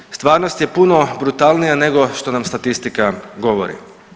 Dakle, stvarnost je puno brutalnija nego što nam statistika govori.